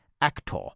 actor